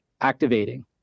activating